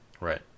Right